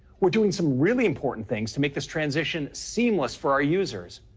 we're doing some really important things to make this transition seamless for our users.